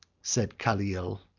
said calil,